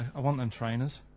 i want them trainers.